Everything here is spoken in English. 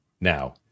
Now